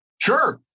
Sure